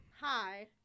Hi